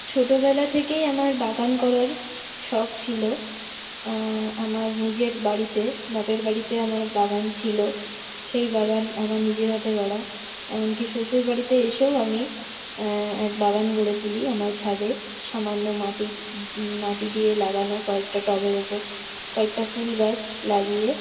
ছোটোবেলা থেকেই আমার বাগান করার শখ ছিল আমার নিজের বাড়িতে বাপের বাড়িতে আমার বাগান ছিল সেই বাগান আমার নিজের হাতে গড়া এমনকি শ্বশুরবাড়িতে এসেও আমি এক বাগান গড়ে তুলি আমার ছাদে সামান্য মাটি মাটি দিয়ে লাগানো কয়েকটা টবের ওপর কয়েকটা ফুলগাছ লাগিয়ে